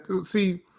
See